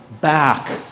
back